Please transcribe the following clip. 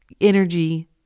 energy